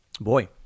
Boy